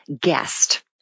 guest